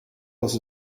was